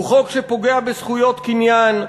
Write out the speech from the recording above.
הוא חוק שפוגע בזכויות קניין,